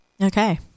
Okay